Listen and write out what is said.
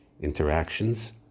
interactions